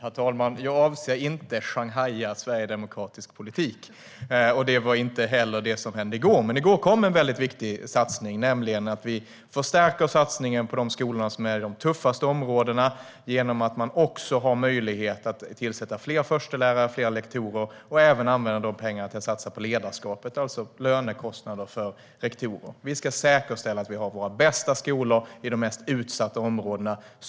Herr talman! Jag avser inte att sjanghaja sverigedemokratisk politik. Det var inte heller det som hände i går. Men i går kom en mycket viktig satsning, nämligen att vi förstärker satsningen på skolorna i de tuffaste områdena genom att de också har möjlighet att tillsätta fler förstelärare och fler lektorer och även använda de pengarna för att satsa på ledarskapet, alltså lönekostnader för rektorer. Vi ska säkerställa att vi har våra bästa skolor i de mest utsatta områdena.